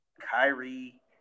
Kyrie